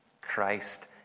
Christ